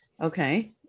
okay